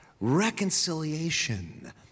Reconciliation